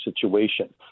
situation